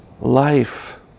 life